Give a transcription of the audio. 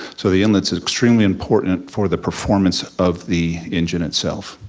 so the inlet's extremely important for the performance of the engine itself.